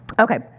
Okay